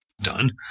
done